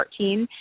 2014